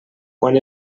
quan